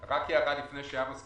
אני אחרי סבב של שבוע עם שר האוצר,